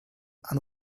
and